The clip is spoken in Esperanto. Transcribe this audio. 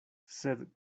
sed